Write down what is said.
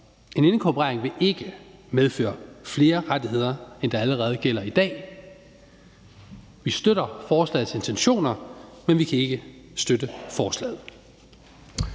En inkorporering vil ikke medføre flere rettigheder, end der allerede gælder i dag. Vi støtter forslagets intentioner, men vi kan ikke støtte forslaget.